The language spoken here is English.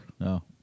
No